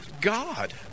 God